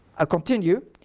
ah continue,